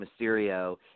Mysterio